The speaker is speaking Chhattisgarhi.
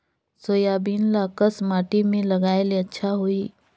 सोयाबीन ल कस माटी मे लगाय ले अच्छा सोही?